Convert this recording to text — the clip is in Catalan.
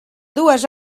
dues